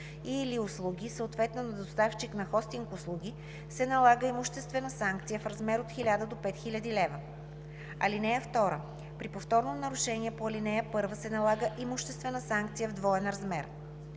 и/или услуги, съответно на доставчик на хостинг услуги, се налага имуществена санкция в размер от 1000 до 5000 лв. (2) При повторно нарушение по ал. 1 се налага имуществена санкция в двоен размер.